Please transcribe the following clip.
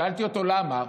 שאלתי אותו למה,